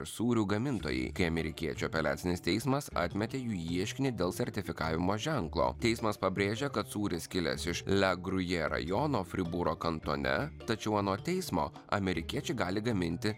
sūrių gamintojai kai amerikiečių apeliacinis teismas atmetė jų ieškinį dėl sertifikavimo ženklo teismas pabrėžia kad sūris kilęs iš la gruje rajono fribūro kantone tačiau anot teismo amerikiečiai gali gaminti